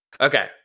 Okay